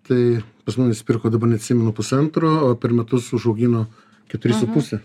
tai pas mumis pirko dabar neatsimenu pusantro o per metus užaugino keturis su puse